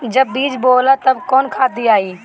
जब बीज बोवाला तब कौन खाद दियाई?